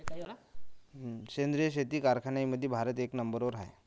सेंद्रिय शेती करनाऱ्याईमंधी भारत एक नंबरवर हाय